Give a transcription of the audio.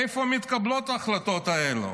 איפה מתקבלות ההחלטות האלה?